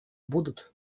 будут